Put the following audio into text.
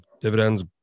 dividends